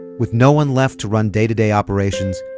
and with no one left to run day-to-day operations,